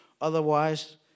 Otherwise